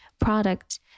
product